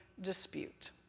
dispute